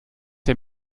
ihr